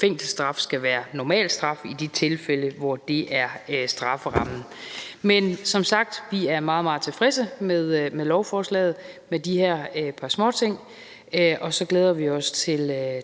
fængselsstraf skal være normalstraf i de tilfælde, hvor det er strafferammen. Men vi er som sagt meget, meget tilfredse med lovforslaget – med de her par småting. Og så glæder vi os